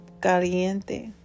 caliente